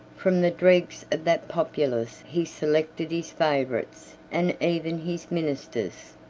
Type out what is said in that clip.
from the dregs of that populace he selected his favorites, and even his ministers.